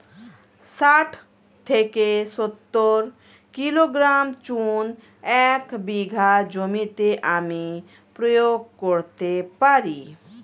শাঠ থেকে সত্তর কিলোগ্রাম চুন এক বিঘা জমিতে আমি প্রয়োগ করতে পারি?